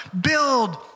build